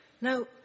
Now